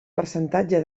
percentatge